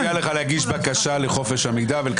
אני מציע לך להגיש בקשה לחופש המידע ולקבל מידע.